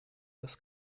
das